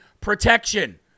protection